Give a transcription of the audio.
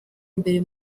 imbere